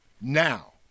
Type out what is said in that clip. now